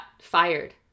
fired